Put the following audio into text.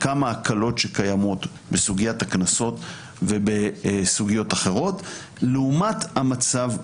כמה הקלות שקיימות בסוגיית הקנסות ובסוגיות אחרות לעומת המצב הנוהג.